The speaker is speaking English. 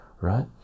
right